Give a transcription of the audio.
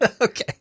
Okay